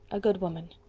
a good woman.